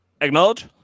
Acknowledge